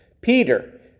Peter